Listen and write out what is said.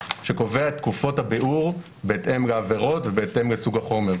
שקובע את תקופות הביעור בהתאם לעבירות ובהתאם לסוג החומר.